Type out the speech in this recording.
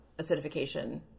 acidification